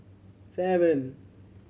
seven